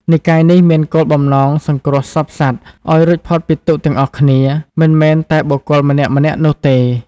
និកាយនេះមានគោលបំណងសង្គ្រោះសព្វសត្វឱ្យរួចផុតពីទុក្ខទាំងអស់គ្នា មិនមែនតែបុគ្គលម្នាក់ៗនោះទេ។